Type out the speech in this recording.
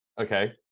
Okay